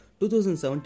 2017